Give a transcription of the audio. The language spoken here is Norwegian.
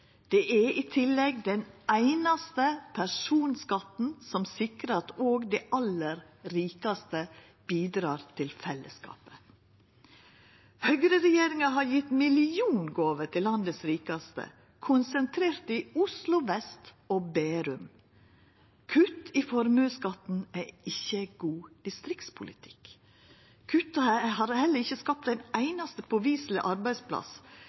Det er i tillegg den einaste personskatten som sikrar at òg dei aller rikaste bidreg til fellesskapet. Høgreregjeringa har gjeve milliongåver til landets rikaste, konsentrerte i Oslo vest og Bærum. Kutt i formuesskatten er ikkje god distriktspolitikk. Kutta har heller ikkje skapt ein einaste påviseleg arbeidsplass.